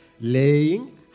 Laying